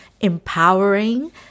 empowering